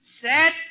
set